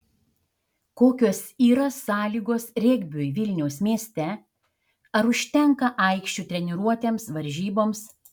kokios yra sąlygos regbiui vilniaus mieste ar užtenka aikščių treniruotėms varžyboms